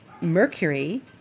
Mercury